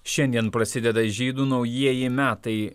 šiandien prasideda žydų naujieji metai